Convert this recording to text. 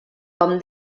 com